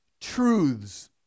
truths